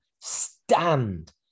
stand